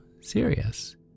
serious